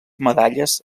medalles